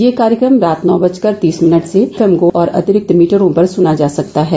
यह कार्यक्रम रात नौ बजकर तीस मिनट से एफएम गोल्ड और अतिरिक्त मीटरों पर सुना जा सकता है